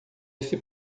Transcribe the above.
esse